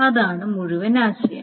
അതാണ് മുഴുവൻ ആശയം